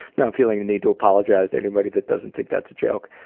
and feeling the need to apologize to anybody that doesn't think that's a joke.